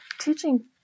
teaching